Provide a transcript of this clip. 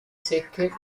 secche